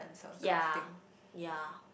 ya ya